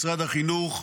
משרד החינוך,